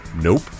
Nope